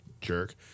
jerk